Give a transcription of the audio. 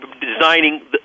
designing